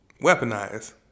weaponize